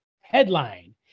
headline